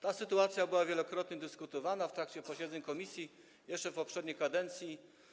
Ta sytuacja była wielokrotnie dyskutowana w trakcie posiedzeń komisji jeszcze w poprzedniej kadencji.